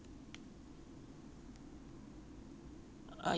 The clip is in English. ah !huh! oh ya ya correct lah make sense lah